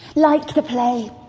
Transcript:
like the play?